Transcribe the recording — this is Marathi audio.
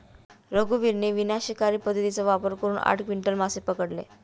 रघुवीरने विनाशकारी पद्धतीचा वापर करून आठ क्विंटल मासे पकडले